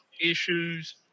issues